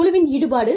குழுவின் ஈடுபாடு